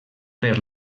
per